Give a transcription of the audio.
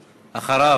תודה, אדוני.